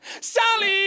Sally